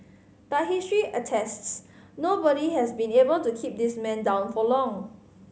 but history attests nobody has been able to keep this man down for long